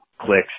clicks